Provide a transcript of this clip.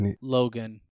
Logan